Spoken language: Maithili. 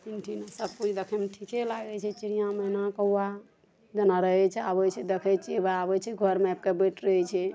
तीन ठाम सब किछु देखैमे ठिके लागै छै चिड़िऑं मैना कौआ जेना रहै छै आबै छै देखै छियै उएह आबै छै घरमे आबि कऽ बैस रहै छै